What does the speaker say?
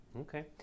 Okay